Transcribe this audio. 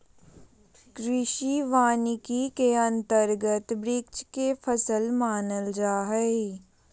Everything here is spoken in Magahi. कृषि वानिकी के अंतर्गत वृक्ष के फसल मानल जा हइ